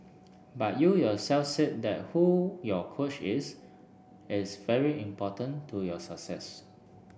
but you yourself said that who your coach is is very important to your success